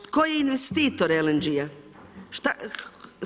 Tko je investitor LNG-a?